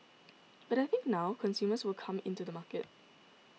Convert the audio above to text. but I think now consumers will come in to the market